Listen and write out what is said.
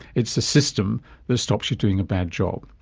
it's the system that stops you doing a bad job.